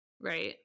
Right